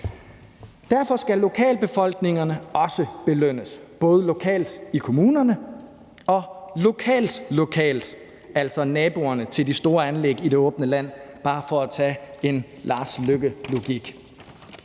Derfor skal lokalbefolkningerne også belønnes, både lokalt i kommunerne og lokalt lokalt, altså naboerne til de store anlæg i det åbne land, bare for at tage en Lars Løkke